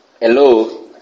Hello